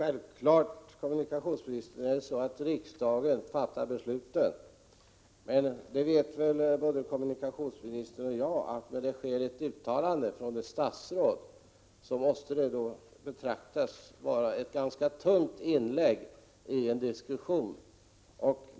Herr talman! Det är självklart att det är riksdagen som fattar besluten, men både kommunikationsministern och jag vet väl att när ett statsråd gör ett uttalande, så måste det betraktas som ett ganska tungt inlägg i en diskussion.